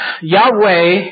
Yahweh